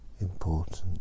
...important